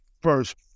first